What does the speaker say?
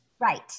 Right